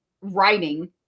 writing